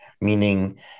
meaning